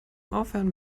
aufwärmen